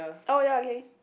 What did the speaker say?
oh ya okay